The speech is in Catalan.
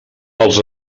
els